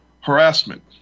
harassment